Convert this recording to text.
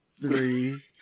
three